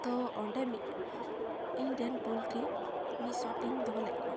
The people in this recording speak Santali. ᱛᱚ ᱚᱸᱰᱮ ᱢᱤᱫ ᱤᱧ ᱨᱮᱱ ᱯᱳᱞᱴᱨᱤ ᱢᱤᱫ ᱥᱚ ᱴᱤᱧ ᱫᱚᱦᱚ ᱞᱮᱫ ᱠᱚᱣᱟ